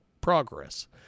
progress